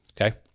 Okay